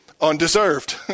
Undeserved